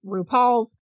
RuPaul's